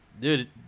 Dude